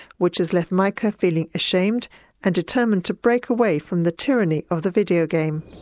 which has left mica feeling ashamed and determined to break away from the tyranny of the video game.